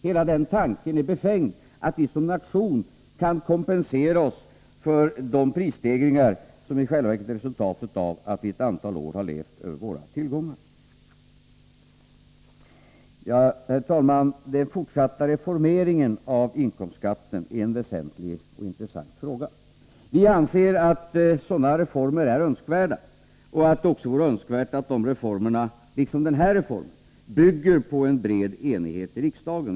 Hela tanken att vi som nation skulle kunna kompensera oss för de prisstegringar som i själva verket är resultatet av att vi ett antal år har levt över våra tillgångar är befängd. Herr talman! Den fortsatta reformeringen av inkomstskatten är en väsentlig och intressant fråga. Vi anser att sådana reformer är önskvärda. Vi anser också att det är önskvärt att de reformerna, liksom denna, bygger på en bred enighet i riksdagen.